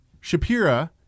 Shapira